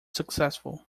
successful